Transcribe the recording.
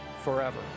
forever